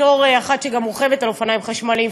בתור אחת שגם רוכבת על אופניים חשמליים,